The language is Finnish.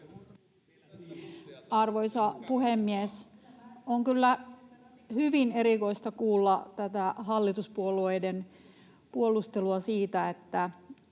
Arvoisa puhemies! On kyllä hyvin erikoista kuulla tätä hallituspuolueiden puolustelua siitä, että